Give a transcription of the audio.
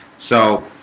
so